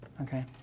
okay